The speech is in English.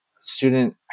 student